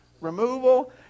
removal